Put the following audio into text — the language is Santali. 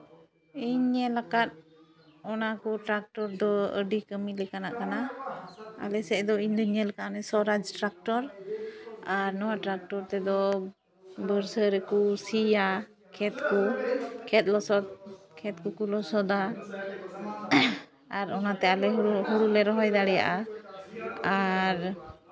ᱤᱧ ᱧᱮᱞ ᱟᱠᱟᱫ ᱚᱱᱟ ᱠᱚ ᱴᱨᱟᱠᱴᱚᱨ ᱫᱚ ᱟᱹᱰᱤ ᱠᱟᱹᱢᱤ ᱞᱮᱠᱟᱟᱜ ᱠᱟᱱᱟ ᱟᱞᱮ ᱥᱮᱫ ᱫᱚ ᱤᱧᱫᱩᱧ ᱧᱮᱞ ᱟᱠᱟᱫᱼᱟ ᱚᱱᱟ ᱥᱚᱨᱟᱡᱽ ᱴᱨᱟᱠᱴᱚᱨ ᱟᱨ ᱱᱚᱣᱟ ᱴᱨᱟᱠᱴᱚᱨ ᱛᱮᱫᱚ ᱵᱚᱨᱥᱟᱹ ᱨᱮᱠᱚ ᱥᱤᱭᱟᱹ ᱠᱷᱮᱛ ᱠᱚ ᱠᱷᱮᱛ ᱞᱚᱥᱚᱫ ᱠᱷᱮᱛ ᱠᱚ ᱠᱚ ᱞᱚᱥᱚᱫᱟ ᱟᱨ ᱚᱱᱟᱛᱮ ᱟᱞᱮ ᱦᱚᱸ ᱦᱩᱲᱩ ᱞᱮ ᱨᱚᱦᱚᱭ ᱫᱟᱲᱮᱭᱟᱜᱼᱟ ᱟᱨ